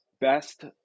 best